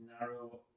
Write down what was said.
narrow